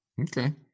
Okay